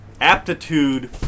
Aptitude